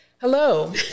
Hello